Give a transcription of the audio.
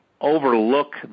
overlook